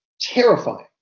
terrifying